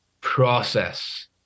process